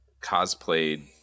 cosplayed